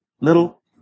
little